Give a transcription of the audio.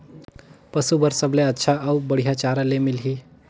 पशु बार सबले अच्छा अउ बढ़िया चारा ले मिलही?